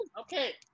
Okay